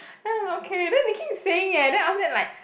then I'm like okay then they keep saying eh then after that like